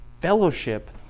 fellowship